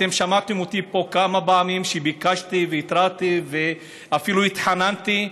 אתם שמעתם אותי פה כמה פעמים שביקשתי והתרעתי ואפילו התחננתי: